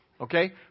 Okay